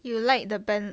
you like the ban~